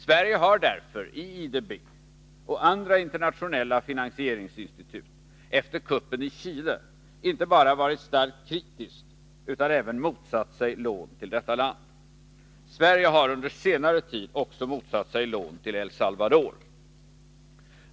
Sverige har därför i IDB och andra internationella finansieringsinstitut efter kuppen i Chile inte bara varit starkt kritiskt utan även motsatt sig lån till detta land. Sverige har under senare tid också motsatt sig lån till El Salvador.